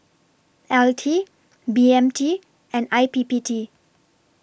L T B M T and I P P T